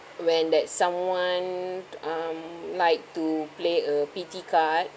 when that someone um like to play a pity card